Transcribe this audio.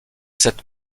cette